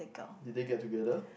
did they get together